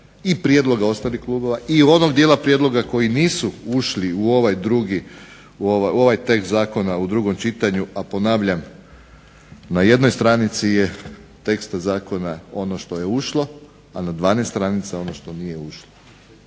i prijedloga ostalih klubova i onog dijela prijedloga koji nisu ušli u ovaj drugi, u ovaj tekst zakona u drugom čitanju, a ponavljam na jednoj stranici je teksta zakona ono što je ušlo, a na 12 stranica ono što nije ušlo,